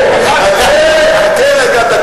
חכה.